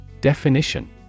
Definition